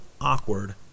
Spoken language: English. awkward